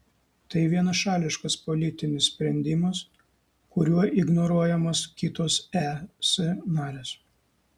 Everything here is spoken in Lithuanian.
tai vienašališkas politinis sprendimas kuriuo ignoruojamos kitos es narės